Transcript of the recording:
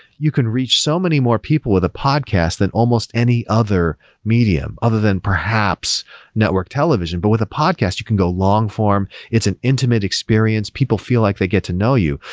you can reach so many more people with a podcast than almost any other medium other than perhaps network television. but with a podcast, you can go long-form. it's an intimate experience. people feel like they get to know you.